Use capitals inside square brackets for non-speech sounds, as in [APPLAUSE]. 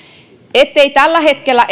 etteivät esimerkiksi tällä hetkellä [UNINTELLIGIBLE]